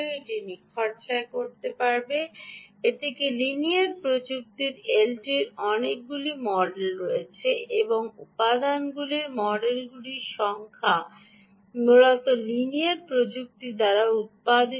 এটিতে লিনিয়ার প্রযুক্তির এলটি র অনেকগুলি মডেল রয়েছে এবং উপাদানগুলির মডেলগুলির সংখ্যা মূলত লিনিয়ার প্রযুক্তি দ্বারা উত্পাদিত